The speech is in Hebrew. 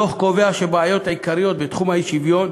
הדוח קובע שהבעיות העיקריות בתחום האי-שוויון